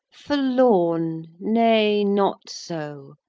forlorn nay, not so.